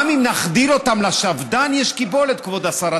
גם אם נחדיר אותם, לשפד"ן יש קיבולת, כבוד השר.